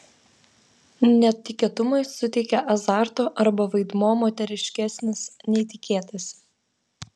netikėtumai suteikia azarto arba vaidmuo moteriškesnis nei tikėtasi